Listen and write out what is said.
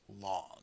long